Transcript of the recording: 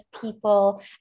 people